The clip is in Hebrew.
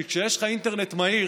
כי כשיש לך אינטרנט מהיר